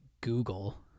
Google